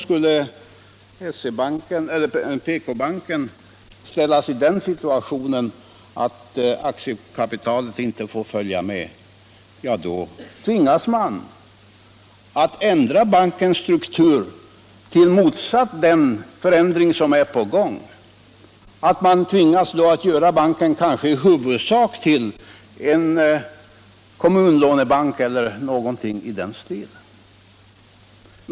Skulle PK-banken ställas i den situationen att aktiekapitalet inte får följa med, tvingas man att ändra bankens struktur så att den förändring som är på gång hålls tillbaka. Man måste kanske då göra banken till i huvudsak en kommunlånebank eller någonting i den stilen.